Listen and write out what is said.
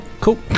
Cool